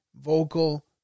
vocal